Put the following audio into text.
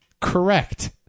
correct